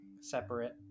separate